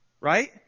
right